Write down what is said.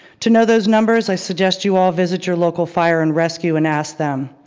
to know those numbers, i suggest you all visit your local fire and rescue and ask them.